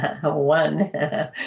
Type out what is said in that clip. one